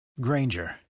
Granger